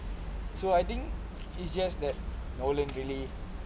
so I think it's just that nolan really